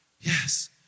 Yes